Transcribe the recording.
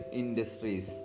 industries